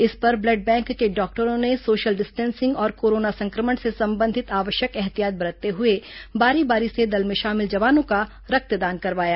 इस पर blood bank के डॉक्टरों ने सोशल डिस्टेंसिंग और कोरोना संक्रमण से संबंधित आवश्यक एहतियात बरतते हए बारी बारी से दल में शामिल जवानों का रक्तदान करवाया